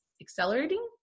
accelerating